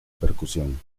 percusión